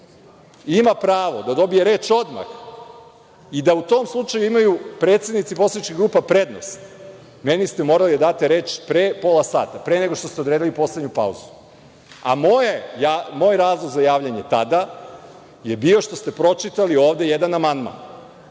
ima pravo da dobije reč odmah i da u tom slučaju imaju predsednici poslaničkih grupa prednost, meni ste morali da date reč pre pola sata, pre nego što ste odredili poslednju pauzu. Moj razlog za javljanje tada je bio što ste pročitali ovde jedan amandman,